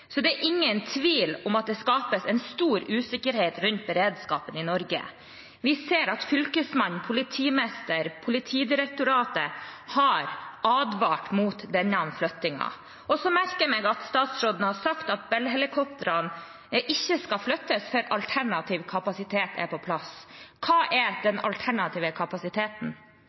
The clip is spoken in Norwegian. det ingen tvil om at det skapes stor usikkerhet rundt beredskapen i Norge. Vi ser at fylkesmannen, politimesteren og Politidirektoratet har advart mot denne flyttingen. Jeg merker meg at statsråden har sagt at Bell-helikoptrene ikke skal flyttes før alternativ kapasitet er på plass. Hva er den alternative kapasiteten?